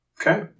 Okay